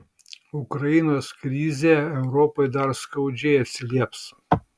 ukrainos krizė europai dar skaudžiai atsilieps